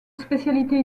spécialité